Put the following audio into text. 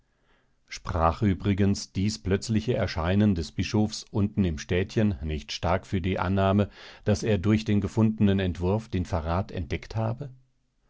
sprach übrigens dies plötzliche erscheinen des bischofs unten im städtchen nicht stark für die annahme daß er durch den gefundenen entwurf den verrat entdeckt habe